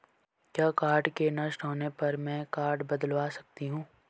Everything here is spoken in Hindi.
क्या कार्ड के नष्ट होने पर में कार्ड बदलवा सकती हूँ?